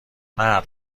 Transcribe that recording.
مرد